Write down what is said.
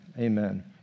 Amen